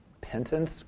penance